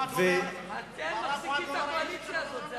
אתם מחזיקים את הקואליציה הזאת.